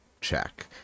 check